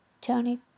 Tony